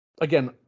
again